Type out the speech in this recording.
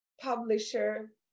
publisher